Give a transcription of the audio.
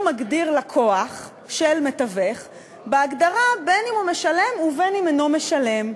הוא מגדיר לקוח של מתווך בהגדרה בין שהוא משלם ובין שאינו משלם,